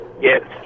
Yes